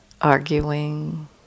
arguing